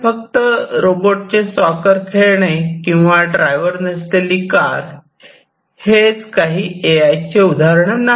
पण फक्त रोबोट चे सॉकर खेळणे किंवा ड्रायव्हर नसलेली कार हेच काही ए आय चे उदाहरण नाही